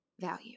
value